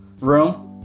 room